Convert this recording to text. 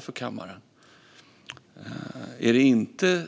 för kammaren att höra detta.